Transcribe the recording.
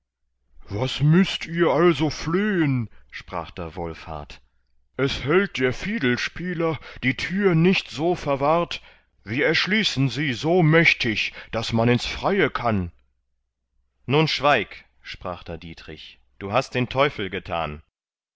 was müßt ihr also flehen sprach da wolfhart es hält der fiedelspieler die tür nicht so verwahrt wir erschließen sie so mächtig daß man ins freie kann nun schweig sprach da dietrich du hast den teufel getan